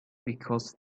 because